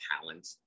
talent